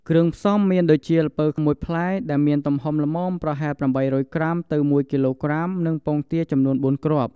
គ្រឿងផ្សំមានដូចជា ល្ពៅ ១ ផ្លែ ដែលមានទំហំល្មម ប្រហែល ៨០០ ក្រាម ទៅ ១ គីឡូក្រាម និងពងទា ចំនួន៤គ្រាប់។